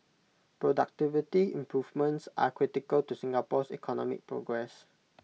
productivity improvements are critical to Singapore's economic progress